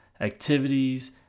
activities